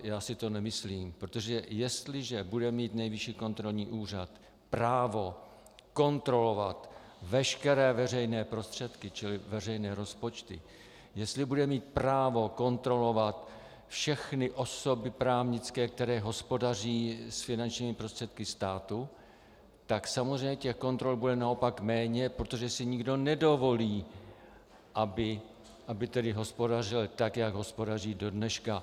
Já si to nemyslím, protože jestliže bude mít Nejvyšší kontrolní úřad právo kontrolovat veškeré veřejné prostředky, čili veřejné rozpočty, jestli bude mít právo kontrolovat všechny právnické osoby, které hospodaří s finančními prostředky státu, tak samozřejmě kontrol bude naopak méně, protože si nikdo nedovolí, aby tedy hospodařil tak, jak hospodaří dodneška.